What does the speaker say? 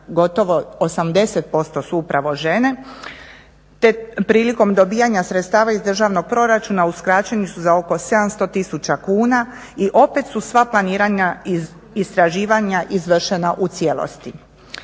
gotovo 80% su upravo žene. Prilikom dobivanja sredstava iz državnog proračuna uskraćeni su za oko 700 tisuća kuna i opet su sva planiranja i istraživanja izvršena u cijelosti.